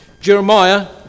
Jeremiah